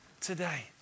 today